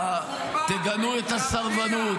לא תקומה, חורבן.